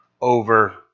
over